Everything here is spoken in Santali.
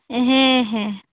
ᱦᱮᱸ ᱦᱮᱸ